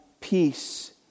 peace